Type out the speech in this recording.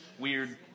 Weird